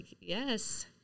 Yes